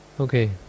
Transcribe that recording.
Okay